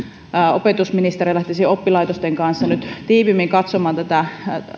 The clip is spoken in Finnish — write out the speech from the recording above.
opetusministeriö lähtisi oppilaitosten kanssa nyt tiiviimmin katsomaan